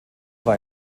war